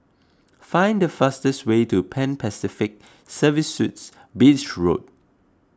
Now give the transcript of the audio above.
find the fastest way to Pan Pacific Serviced Suites Beach Road